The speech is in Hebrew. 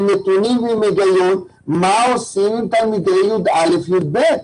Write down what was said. נתונים והיגיון מה עושים עם תלמידי י"א-י"ב.